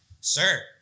Sir